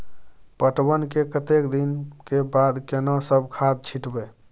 पटवन के कतेक दिन के बाद केना सब खाद छिटबै?